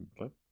Okay